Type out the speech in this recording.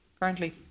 Currently